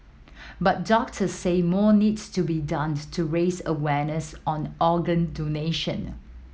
but doctors say more needs to be done to raise awareness on organ donation